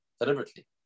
Deliberately